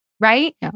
right